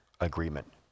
agreement